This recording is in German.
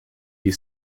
die